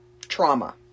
trauma